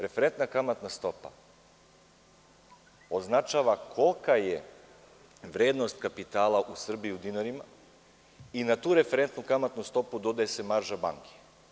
Referentna kamatna stopa označava kolika je vrednost kapitala u Srbiji u dinarima i na tu referentnu kamatnu stopu dodaje se marža banke.